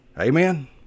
Amen